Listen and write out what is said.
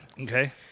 Okay